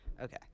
Okay